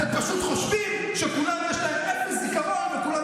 אתם פשוט חושבים שכולם יש להם אפס זיכרון וכולם